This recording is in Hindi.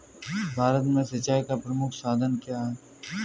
भारत में सिंचाई का प्रमुख साधन क्या है?